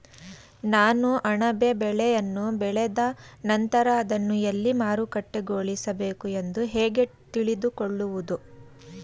ನಾನು ಅಣಬೆ ಬೆಳೆಯನ್ನು ಬೆಳೆದ ನಂತರ ಅದನ್ನು ಎಲ್ಲಿ ಮಾರುಕಟ್ಟೆಗೊಳಿಸಬೇಕು ಎಂದು ಹೇಗೆ ತಿಳಿದುಕೊಳ್ಳುವುದು?